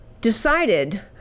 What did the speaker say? decided